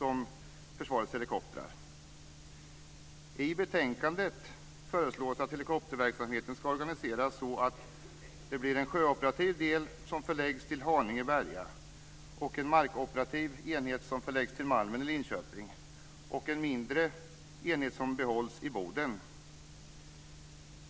betänkandet föreslås att helikopterverksamheten ska organiseras så att det blir en sjöoperativ del som förläggs till Berga i Haninge och en markopertiv enhet som förläggs till Malmen i Linköping. En mindre enhet behålls dessutom i Boden.